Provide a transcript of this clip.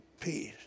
peace